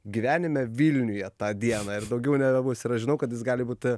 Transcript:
gyvenime vilniuje tą dieną ir daugiau nebebus ir aš žinau kad jis gali būt